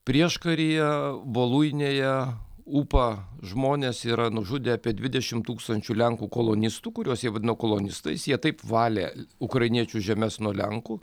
prieškaryje voluinėje upa žmonės yra nužudę apie dvidešimt tūkstančių lenkų kolonistų kuriuos jie vadino kolonistais jie taip valė ukrainiečių žemes nuo lenkų